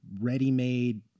ready-made